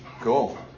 Cool